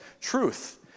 truth